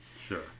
Sure